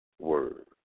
Word